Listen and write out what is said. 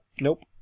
Nope